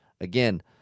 Again